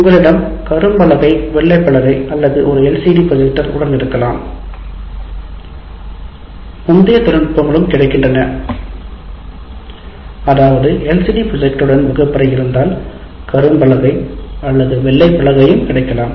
உங்களிடம் கரும்பலகை வெள்ளை பலகை ஒரு எல்சிடி ப்ரொஜெக்டர் உடன் இருக்கலாம் முந்தைய தொழில்நுட்பங்களும் கிடைக்கின்றன அதாவது எல்சிடி ப்ரொஜெக்டருடன் வகுப்பறை இருந்தால் கரும்பலகை அல்லது வெள்ளை பலகையும் கிடைக்கலாம்